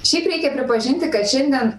šiaip reikia pripažinti kad šiandien